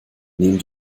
neben